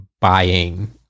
buying